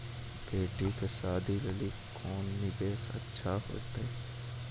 बेटी के शादी लेली कोंन निवेश अच्छा होइतै?